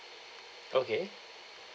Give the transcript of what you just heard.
okay